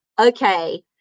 okay